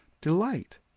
delight